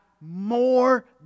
more